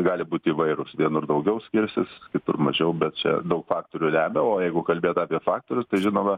gali būt įvairūs vienur daugiau skirsis kitur mažiau bet čia daug faktorių lemia o jeigu kalbėt apie faktorius tai žinoma